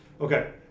Okay